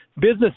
business